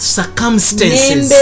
circumstances